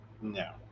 No